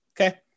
okay